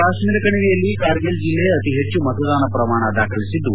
ಕಾಶ್ನೀರ ಕಣಿವೆಯಲ್ಲಿ ಕಾರ್ಗಿಲ್ ಜಿಲ್ಲೆ ಅತಿ ಹೆಚ್ಚು ಮತದಾನ ಪ್ರಮಾಣ ದಾಖಲಿಸಿದ್ದು